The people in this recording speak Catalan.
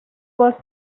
vol